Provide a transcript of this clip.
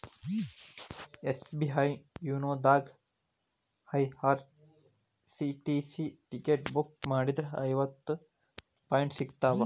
SBI YONO ದಾಗಾ IRCTC ticket book ಮಾಡಿದ್ರ ಐವತ್ತು ಪಾಯಿಂಟ್ ಸಿಗ್ತಾವ